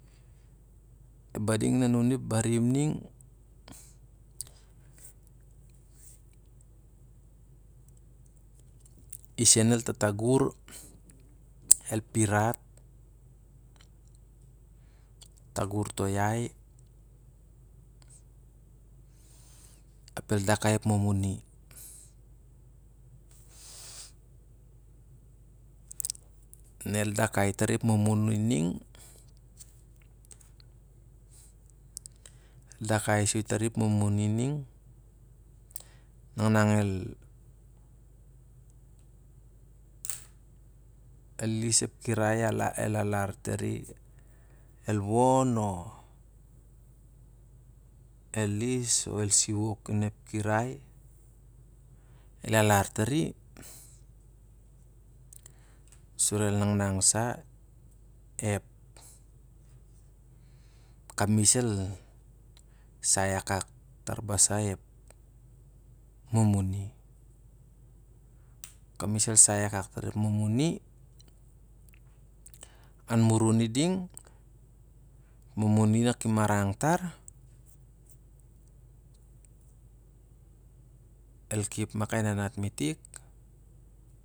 E mading na anuni ep barim ning. Isen el tatanur, el pirat, el tangur to yai apel dakai ep mamuni. Ne el dakai tari ep mamuni ning, el dakai soi tari ep mamuni ning, nangnang el is ep kirai el alar fari, el won, o el is o el siok ep kirai el alartari sur el nangnang sa ep kamis el sai akak far basa ep mamuni. E kamis el saai akak far ep mamuni, an murun i ding. Ep mamuni, na ki marang tar, el kep ma ka bar nanat met ik.